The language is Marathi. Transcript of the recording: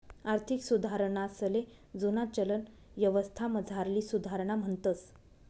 आर्थिक सुधारणासले जुना चलन यवस्थामझारली सुधारणा म्हणतंस